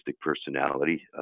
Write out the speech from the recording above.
personality